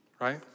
right